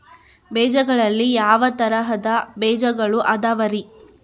ಬೇಜಗಳಲ್ಲಿ ಯಾವ ತರಹದ ಬೇಜಗಳು ಅದವರಿ?